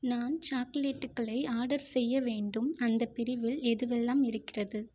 நான் சாக்லேட்டுக்களை ஆர்டர் செய்ய வேண்டும் அந்தப் பிரிவில் எதுவெல்லாம் இருக்கிறது